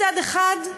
מצד אחד,